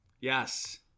Yes